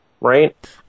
Right